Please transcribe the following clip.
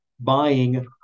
buying